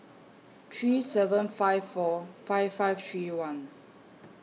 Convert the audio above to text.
three seven five four five five three one